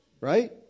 right